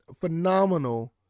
phenomenal